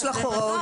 יש לך הוראות.